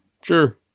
Sure